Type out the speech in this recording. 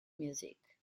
music